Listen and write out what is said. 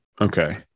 Okay